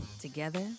Together